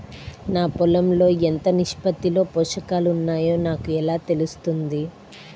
నా పొలం లో ఎంత నిష్పత్తిలో పోషకాలు వున్నాయో నాకు ఎలా తెలుస్తుంది?